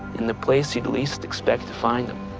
in the place you'd least expect to find him.